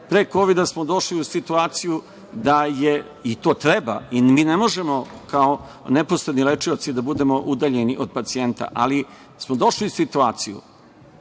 Pre Kovida smo došli u situaciju da je, i to treba, mi ne možemo kao neposredni lečioci da budemo udaljeni od pacijenta, ali smo došli u situaciju,